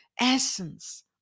essence